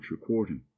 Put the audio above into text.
recording